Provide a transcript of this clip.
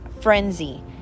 frenzy